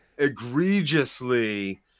Egregiously